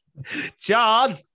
John